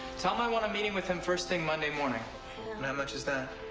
tell him i want a meeting with him first thing monday morning. and how much is that?